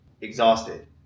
exhausted